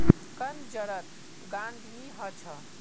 कंद जड़त गांठ नी ह छ